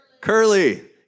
Curly